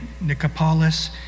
Nicopolis